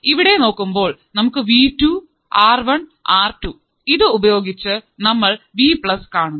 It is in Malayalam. ഇവിടെ നോക്കുമ്പോൾ നമുക്ക് V two R one R two ഇത് ഉപയോഗിച്ചു നമ്മൾ വി പ്ലസ് കാണുന്നു